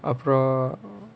அப்புறம்:appuram